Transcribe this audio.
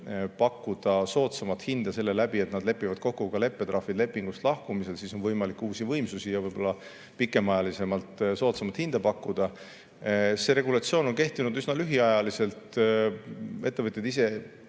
pakkuda soodsamat hinda selle läbi, et nad lepivad kokku ka leppetrahvid lepingust lahkumisel, siis on neil võimalik uusi võimsusi ja võib‑olla pikemat aega soodsamat hinda pakkuda. See regulatsioon on kehtinud üsna lühikest aega. Ettevõtjad ise